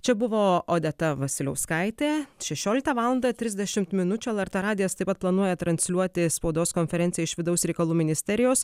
čia buvo odeta vasiliauskaitė šešioliktą valandą trisdešimt minučių lrt radijas taip pat planuoja transliuoti spaudos konferenciją iš vidaus reikalų ministerijos